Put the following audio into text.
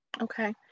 okay